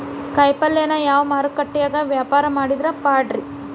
ಕಾಯಿಪಲ್ಯನ ಯಾವ ಮಾರುಕಟ್ಯಾಗ ವ್ಯಾಪಾರ ಮಾಡಿದ್ರ ಪಾಡ್ರೇ?